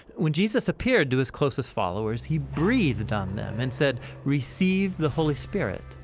when jesus appeared to his closest followers, he breathed on them and said receive the holy spirit.